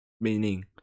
Meaning